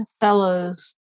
fellows